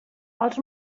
els